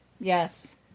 Yes